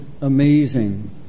amazing